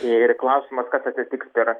ir klausimas kas atsitiks per